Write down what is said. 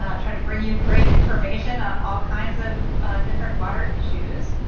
ah try to bring you great information on all kinds of different water issues.